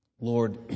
Lord